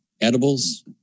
edibles